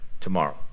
tomorrow